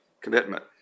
commitment